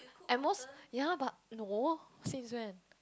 at most ya but no since when